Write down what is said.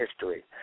history